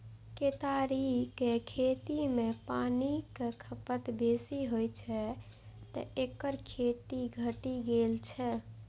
केतारीक खेती मे पानिक खपत बेसी होइ छै, तें एकर खेती घटि गेल छै